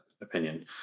opinion